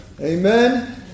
Amen